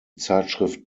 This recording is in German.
zeitschrift